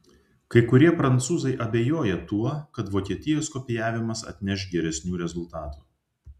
kai kurie prancūzai abejoja tuo kad vokietijos kopijavimas atneš geresnių rezultatų